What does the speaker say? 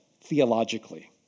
theologically